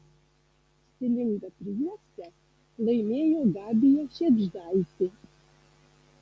stilingą prijuostę laimėjo gabija šėgždaitė